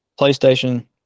PlayStation